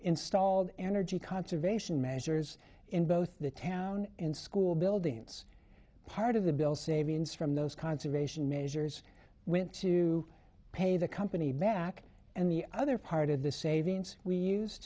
installed energy conservation measures in both the town and school buildings part of the bill savings from those conservation measures went to pay the company back and the other part of the savings we used